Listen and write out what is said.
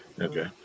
Okay